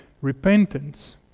repentance